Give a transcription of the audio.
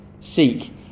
Seek